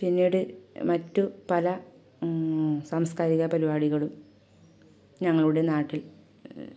പിന്നീട് മറ്റു പല സാംസ്കാരിക പരിപാടികളും ഞങ്ങളുടെ നാട്ടിൽ